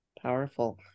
Powerful